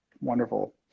wonderful